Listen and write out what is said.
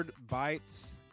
bites